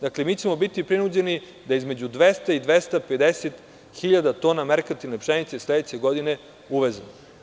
Dakle, mi ćemo biti prinuđeni da između 200 i 250.000 tona merkantilne pšenice sledeće godine uvezemo.